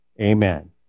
Amen